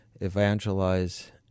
evangelize